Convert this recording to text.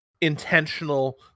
intentional